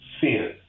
sin